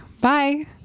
Bye